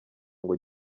ngo